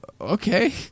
okay